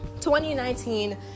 2019